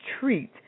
treat